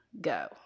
go